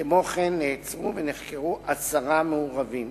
כמו כן, נעצרו ונחקרו עשרה מעורבים,